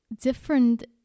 different